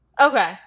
Okay